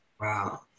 Wow